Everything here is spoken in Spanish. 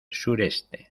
suroeste